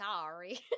sorry